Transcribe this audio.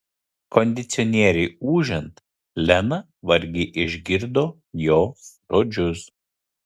kondicionieriui ūžiant lena vargiai išgirdo jo žodžius